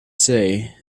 say